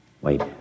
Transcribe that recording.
Wait